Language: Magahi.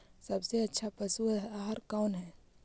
सबसे अच्छा पशु आहार कौन है?